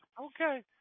Okay